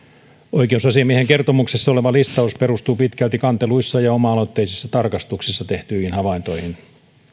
oikeusasiamiehen kertomuksessa oleva listaus perustuu pitkälti kanteluissa ja oma aloitteisissa tarkastuksissa tehtyihin havaintoihin